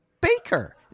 Baker